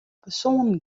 persoanen